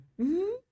-hmm